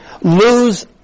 lose